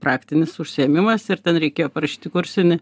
praktinis užsiėmimas ir ten reikėjo parašyti kursinį